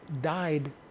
died